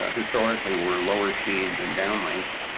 ah historically were lower speed than down links.